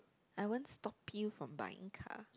I won't stop you from buying car